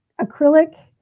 acrylic